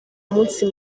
munsi